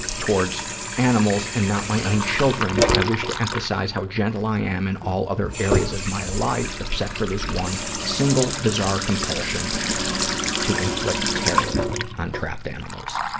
towards animals and not my own children. i wish to emphasize how gentle i am in all other areas of my life except for this one, single bizarre compulsion to inflict terror on trapped animals.